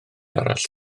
arall